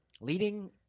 leading